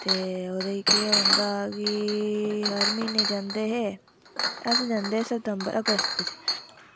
ते ओह्दे ई केह् होंदा कि हर म्हीनै जंदे हे अस जंदे हे सितंबर अगस्त च